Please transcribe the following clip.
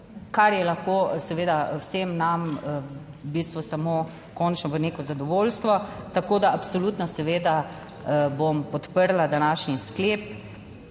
kar je lahko seveda vsem nam v bistvu samo končno v neko zadovoljstvo. Absolutno, seveda, bom podprla današnji sklep